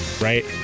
right